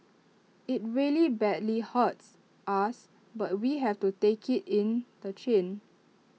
IT really badly hurts us but we have to take IT in the chin